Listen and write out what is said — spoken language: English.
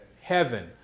Heaven